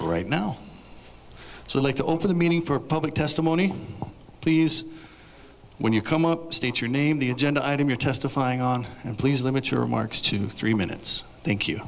right now so late to open the meaning for public testimony please when you come up state your name the agenda item you're testifying on and please limit your remarks to three minutes thank you